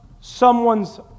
someone's